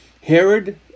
Herod